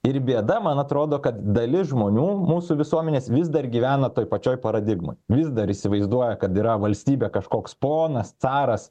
ir bėda man atrodo kad dalis žmonių mūsų visuomenės vis dar gyvena toje pačioj paradigmoj vis dar įsivaizduoja kad yra valstybė kažkoks ponas caras